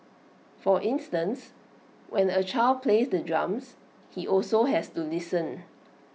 for instance when A child plays the drums he also has to listen